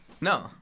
No